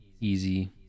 Easy